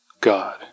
God